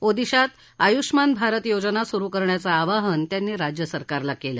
ओदिशात आयुष्मान भारत योजना सुरु करण्याचं आवाहन त्यांनी राज्य सरकारला केलं